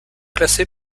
classé